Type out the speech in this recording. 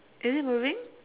is it moving